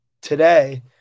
today